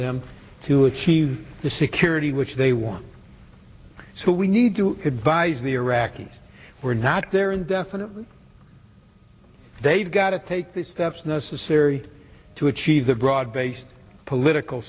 them to achieve the security which they want so we need to advise the iraqis we're not there indefinitely they've got to take the steps necessary to achieve the broad based political